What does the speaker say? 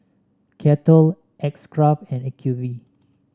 Kettle X Craft and Acuvue